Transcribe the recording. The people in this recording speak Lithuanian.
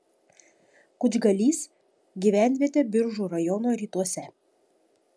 kučgalys gyvenvietė biržų rajono rytuose